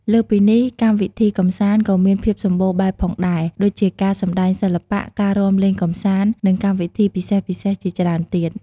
លើសពីនេះ កម្មវិធីកម្សាន្តក៏មានភាពសម្បូរបែបផងដែរ ដូចជាការសម្តែងសិល្បៈ ការរាំលេងកម្សាន្ត និងកម្មវិធីពិសេសៗជាច្រើនទៀត។